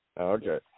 Okay